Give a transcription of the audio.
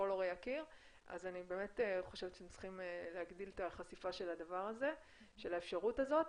אני באמת חושבת שאתם צריכים להגדיל את החשיפה של האפשרות הזאת,